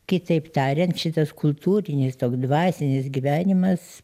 kitaip tariant šitas kultūrinis dvasinis gyvenimas